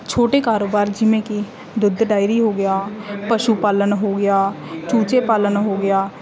ਛੋਟੇ ਕਾਰੋਬਾਰ ਜਿਵੇਂ ਕਿ ਦੁੱਧ ਡਾਇਰੀ ਹੋ ਗਿਆ ਪਸ਼ੂ ਪਾਲਣ ਹੋ ਗਿਆ ਚੂਚੇ ਪਾਲਣ ਹੋ ਗਿਆ